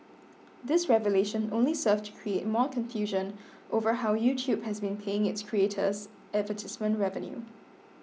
this revelation only served to create more confusion over how YouTube has been paying its creators advertisement revenue